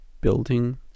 building